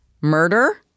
murder